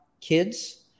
kids